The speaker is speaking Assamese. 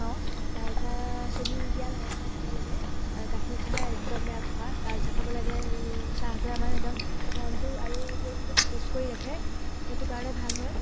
খাওঁ লাল চাহ চেনি নিদিয়া লাল চাহ খাব লাগে গাখীৰ চাহ একদম বেয়া খোৱা লাল চাহ খাব লাগে চাহটোৱে আমাৰ একদম মনটো আৰু ব্ৰেইনটো সতেজ কৰি ৰাখে সেইটো কাৰণে ভাল হয়